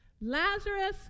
Lazarus